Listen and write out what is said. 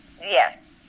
Yes